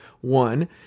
one